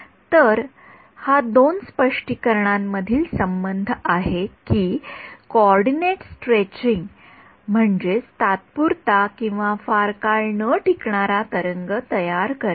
तर हा दोन स्पष्टीकरणांमधील संबंध आहे की कोऑर्डिनेट स्ट्रेचिंग म्हणजेच तात्पुरता किंवा फार काळ न टिकणारा तरंग तयार करणे